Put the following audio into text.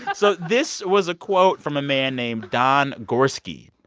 so this was a quote from a man named don gorske.